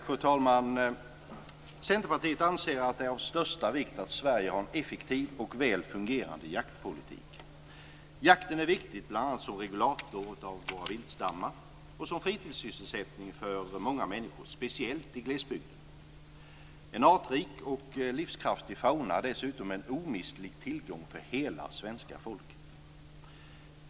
Fru talman! Centerpartiet anser att det är av största vikt att Sverige har en effektiv och väl fungerande jaktpolitik. Jakten är viktig bl.a. som viltstamsregulator och som fritidssysselsättning för många människor, speciellt i glesbygden. En artrik och livskraftig fauna är dessutom en omistlig tillgång för hela svenska folket.